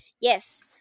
Yes